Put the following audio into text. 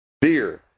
Beer